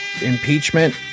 impeachment